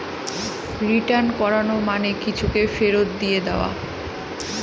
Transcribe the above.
return করানো মানে কিছুকে ফেরত দিয়ে দেওয়া